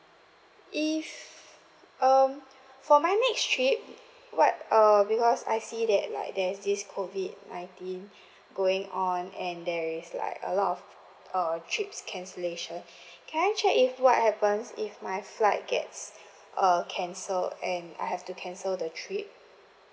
if um for my next trip what uh because I see that like there's this COVID nineteen going on and there is like a lot of uh trips cancellation can I check if what happens if my flight gets err cancelled and I have to cancel the trip